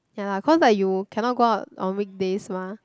ya lah cause like you cannot go out on weekdays mah